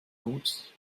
gut